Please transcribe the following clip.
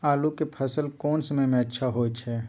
आलू के फसल कोन समय में अच्छा होय छै?